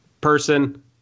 Person